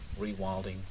rewilding